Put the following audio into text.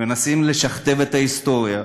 מנסים לשכתב את ההיסטוריה.